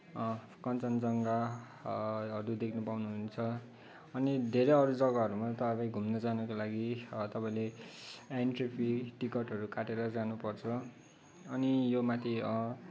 कञ्चनजङ्घाहरू देख्न पाउनुहुन्छ अनि धेरै अरू जग्गाहरूमा त अब घुम्न जानको लागि तपाईँले एन्ट्रि फी टिकटहरू काटेर जानपर्छ अनि योमाथि